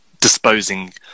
disposing